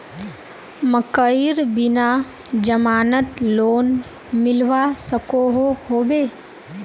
मकईर बिना जमानत लोन मिलवा सकोहो होबे?